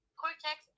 cortex